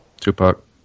Tupac